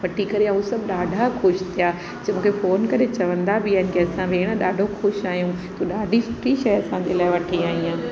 वठी करे ऐं उहो सभु ॾाढा ख़ुशि थिया चयईं मूंखे फोन करे चवंदा बि आहिनि की असां असां ॾाढो ख़ुशि आहियूं तूं ॾाढी सुठी शइ असांजे लाइ वठी आई आहे